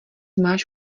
máš